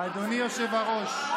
אדוני היושב-ראש,